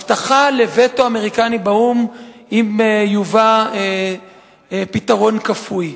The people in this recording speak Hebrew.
הבטחה לווטו אמריקני באו"ם אם יובא פתרון כפוי.